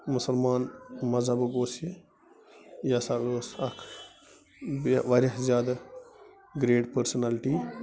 مُسلمان مَذہَبُک اوس یہِ یہِ ہَسا ٲس اَکھ بیٚیہِ واریاہ زیادٕ گرٛیٹ پٔرسٕنیلٹی